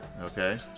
Okay